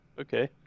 Okay